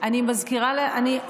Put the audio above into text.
אני מזכירה, אני